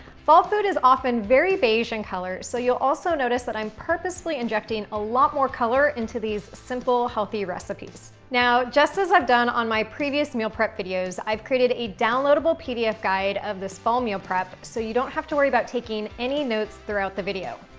fall food is often very beige in color, so you'll also notice that i'm purposefully purposefully injecting a lot more color into these simple, healthy recipes. now, just as i've done on my previous meal prep videos, i've created a downloadable pdf guide of this fall meal prep so you don't have to worry about taking any notes throughout the video.